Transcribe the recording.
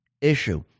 issue